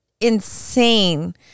insane